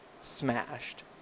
Smashed